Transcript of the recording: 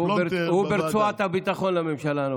הוא ברצועת הביטחון לממשלה הנוכחית.